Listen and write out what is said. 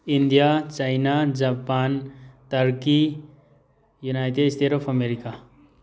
India China Japan Turkey United States of America